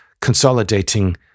consolidating